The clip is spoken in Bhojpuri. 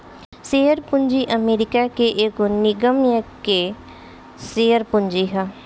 शेयर पूंजी अमेरिका के एगो निगम के शेयर पूंजी ह